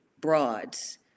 broads